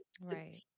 Right